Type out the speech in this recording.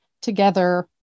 together